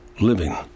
living